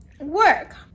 work